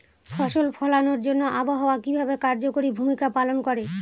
ফসল ফলানোর জন্য আবহাওয়া কিভাবে কার্যকরী ভূমিকা পালন করে?